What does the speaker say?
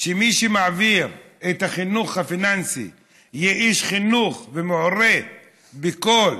שמי שמעביר את החינוך הפיננסי יהיה איש חינוך שמעורה בכל